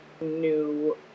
new